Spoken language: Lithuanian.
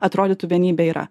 atrodytų vienybė yra